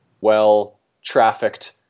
well-trafficked